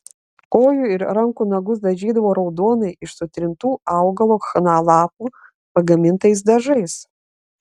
kojų ir rankų nagus dažydavo raudonai iš sutrintų augalo chna lapų pagamintais dažais